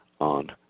on